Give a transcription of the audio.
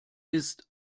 ist